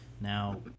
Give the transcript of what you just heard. Now